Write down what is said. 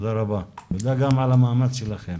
תודה רבה, ותודה גם על המאמץ שלכם.